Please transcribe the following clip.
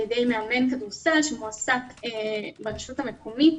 ידי מאמן כדורסל שמועסק ברשות המקומית.